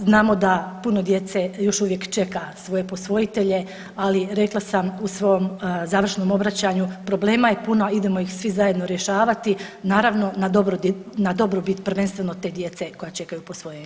Znamo da puno djece još uvijek čeka svoje posvojitelje, ali rekla sam u svom završnom obraćanju problema je puno idemo ih svi zajedno rješavati naravno na dobrobit prvenstveno te djece koja čekaju posvojenje.